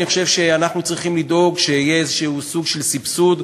אני חושב שאנחנו צריכים לדאוג שיהיה איזשהו סוג של סבסוד,